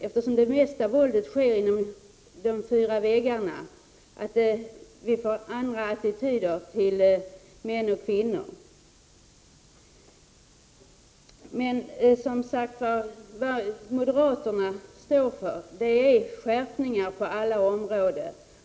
Eftersom det mesta våldet sker inom hemmets fyra väggar krävs det ändrade attityder när det gäller förhållandet mellan män och kvinnor. Moderaterna vill ha skärpningar på alla områden.